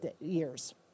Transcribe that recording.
years